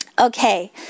Okay